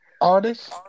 Artist